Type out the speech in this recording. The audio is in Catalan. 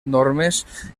normes